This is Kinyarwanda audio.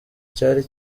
cyari